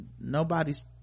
nobody's